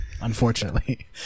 unfortunately